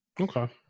Okay